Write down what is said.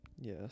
Yes